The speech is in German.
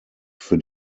für